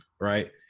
Right